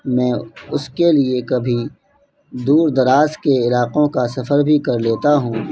میں اس کے لیے کبھی دور دراز کے علاقوں کا سفر بھی کر لیتا ہوں